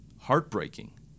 heartbreaking